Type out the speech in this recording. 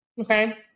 Okay